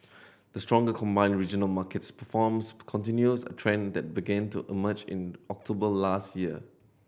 the stronger combined regional markets performance continues a trend that began to emerge in October last year